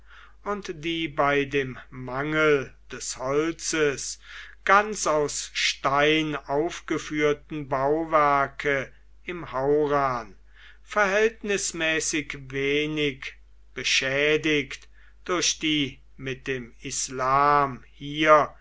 und die bei dem mangel des holzes ganz aus stein aufgeführten bauwerke im haurn verhältnismäßig wenig beschädigt durch die mit dem islam hier